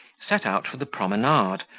set out for the promenade,